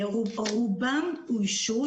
רובם אוישו.